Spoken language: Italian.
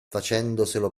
facendoselo